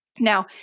Now